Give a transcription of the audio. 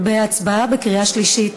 בקריאה שלישית.